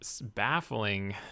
baffling